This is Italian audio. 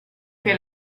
che